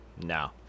No